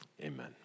amen